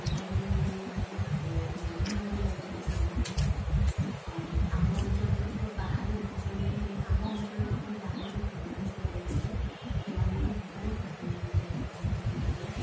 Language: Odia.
ବୁଢ଼ାବୁଢ଼ୀ ମାନେ ବହୁତ ମରିବି ମଧ୍ୟ ଯାଇଛନ୍ତି କୋଭିଡ଼୍ରେ ଆମ ଅଞ୍ଚଳରେ ଥିବା ବାହାର ଲୋକମାନେ ମାନେ ଆମ ଅଞ୍ଚଳ ଲୋକମାନେ ଯିଏ ବାହାରେ ଯେଉଁ କାମ କରିବାକୁ ଯାଇଥିଲେ ସେମାନେ ବି ବହୁତ ମାତ୍ରାରେ ପ୍ରଭାବିତ ହେଇଥିଲେ